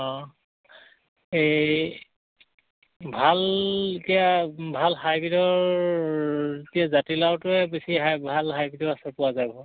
অঁ এই ভাল এতিয়া ভাল হাইব্ৰ্ৰীডৰ এতিয়া জাতিলাওটোৱে বেছি ভাল হাইব্ৰীডৰ আছে পোৱা যাব